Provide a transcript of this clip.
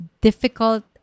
difficult